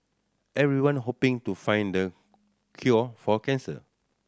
everyone hoping to find the cure for cancer